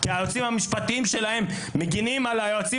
כי היועצים המשפטיים שלהם מגנים על היועצים